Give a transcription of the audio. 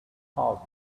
thought